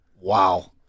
wow